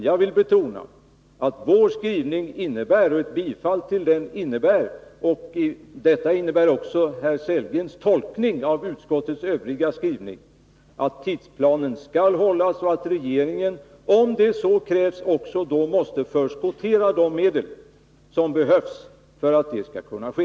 Jag vill betona att ett bifall till vår skrivning innebär — liksom också herr Sellgrens tolkning av utskottets övriga skrivning — att tidsplanen skall hållas och att regeringen om så krävs då också måste förskottera de medel som behövs för att detta skall kunna ske.